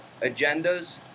agendas